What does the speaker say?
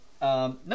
No